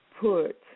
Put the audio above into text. put